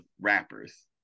rappers